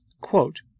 Quote